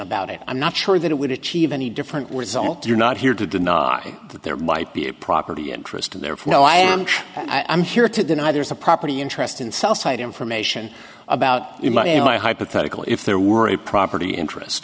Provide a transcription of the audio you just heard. about it i'm not sure that it would achieve any different result you're not here to deny that there might be a property interest in there no i am i'm here to deny there's a property interest in cell site information about my hypothetical if there were a property interest